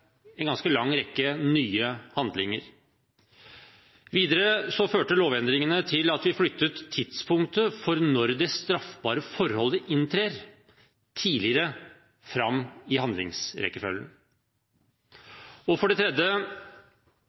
en ganske lang rekke nye handlinger. Videre førte lovendringene til at vi flyttet tidspunktet for når det straffbare forholdet inntrer, tidligere fram i handlingsrekkefølgen. For det tredje